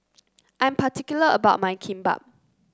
I'm particular about my Kimbap